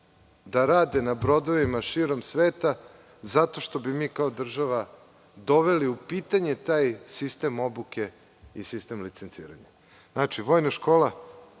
da rade na brodovima širom sveta zato što bi mi kao država doveli u pitanje taj sistem obuke i sistem licenciranja. Vojna akademija